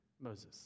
Moses